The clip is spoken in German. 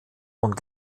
und